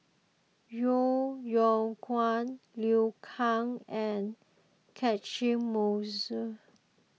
Yeo Yeow Kwang Liu Kang and Catchick Moses